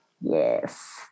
Yes